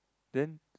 then